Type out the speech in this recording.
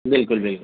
بالکل بالکل